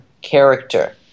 character